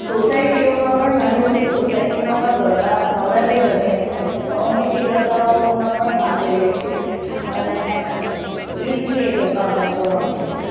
સોસાયટીઓમાં પણ નાની મોટી સોસાયટીમાં પણ ગરબા નવરાત્રી દરમિયાન થાય છે તો અમે એ ગરબાઓમાં પણ ભાગ લઈએ છીએ અને દિલથી એ ગરબા અમે લોકો રમીએ છીએ